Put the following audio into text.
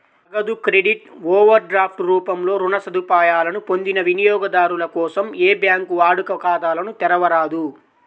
నగదు credit, overdraft రూపంలో రుణ సదుపాయాలను పొందిన వినియోగదారుల కోసం ఏ బ్యాంకూ వాడుక ఖాతాలను తెరవరాదు